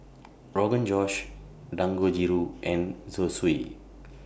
Rogan Josh Dangojiru and Zosui